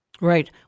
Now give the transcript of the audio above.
Right